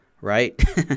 right